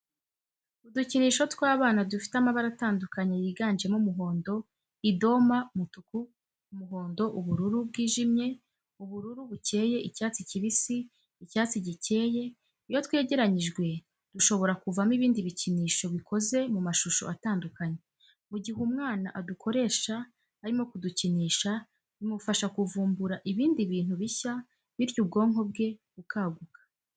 Udukinisho tw'abana dufite amabara atandukanye yiganjemo umuhondo, idoma, umutuku, umuhondo, ubururu bwijimye, ubururu bukeye, icyatsi kibisi, icyatsi gikeye, iyo twegeranyijwe dushobora kuvamo ibindi bikinisho bikozze mu mashusho atandukanye, mu gihe umwana adukoresha arimo kudukinisha bimufasha kuvumbura ibindi bintu bishya bityo ubwonko bwe bukaguka.